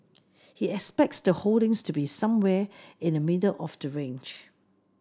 he expects the holdings to be somewhere in the middle of the range